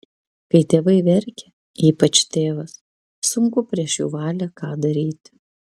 kai tėvai verkia ypač tėvas sunku prieš jų valią ką daryti